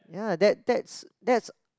ya that that's that's